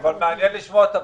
אבל מעניין לשמוע את הבדיחה.